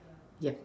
yes